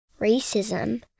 racism